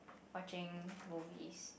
watching movies